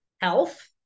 Health